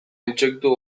intsektu